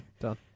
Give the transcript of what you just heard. Done